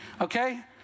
Okay